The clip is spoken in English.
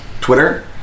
Twitter